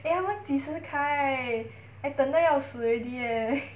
eh 他们几时开 I 等到要死 already leh